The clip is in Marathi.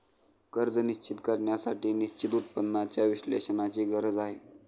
कर्ज निश्चित करण्यासाठी निश्चित उत्पन्नाच्या विश्लेषणाची गरज आहे